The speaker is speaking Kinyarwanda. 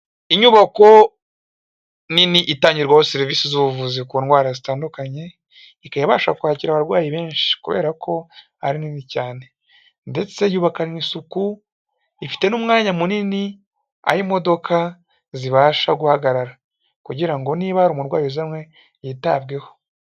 Inyubako nini itangirwaho serivisi z'ubuvuzi ku ndwara zitandukanye, ika ibasha kwakira abarwayi benshi kubera ko ari nini cyane, ndetse yubakanywe isuku ifite n'umwanya munini aho imodoka zibasha guhagarara, kugira ngo niba hari umurwayi uzanywe yitabweho.